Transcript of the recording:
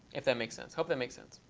if that makes sense. hope that makes sense.